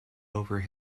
over